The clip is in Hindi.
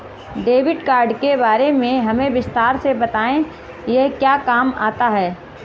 डेबिट कार्ड के बारे में हमें विस्तार से बताएं यह क्या काम आता है?